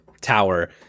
tower